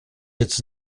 its